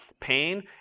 pain